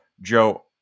Joe